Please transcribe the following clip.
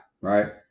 Right